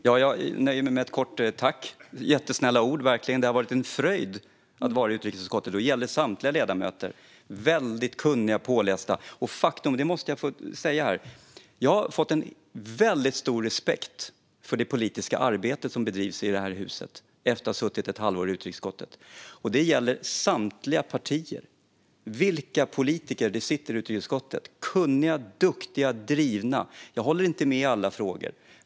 Herr talman! Jag vill tacka för jättesnälla ord. Det har varit en fröjd att vara i utrikesutskottet. Samtliga ledamöter är väldigt kunniga och pålästa. Efter att ha suttit i utrikesutskottet i ett halvår har jag fått väldigt stor respekt för det politiska arbete som bedrivs i det här huset. Det gäller samtliga partier. Vilka politiker som sitter i utrikesutskottet! De är kunniga, duktiga och drivna. Jag håller inte med dem i alla frågor.